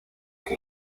que